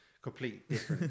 Complete